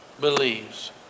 believes